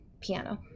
piano